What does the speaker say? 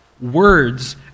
Words